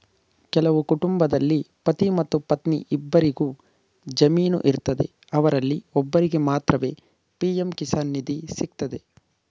ಕೆಲವು ಕುಟುಂಬದಲ್ಲಿ ಪತಿ ಮತ್ತು ಪತ್ನಿ ಇಬ್ಬರಿಗು ಜಮೀನು ಇರ್ತದೆ ಅವರಲ್ಲಿ ಒಬ್ಬರಿಗೆ ಮಾತ್ರವೇ ಪಿ.ಎಂ ಕಿಸಾನ್ ನಿಧಿ ಸಿಗ್ತದೆ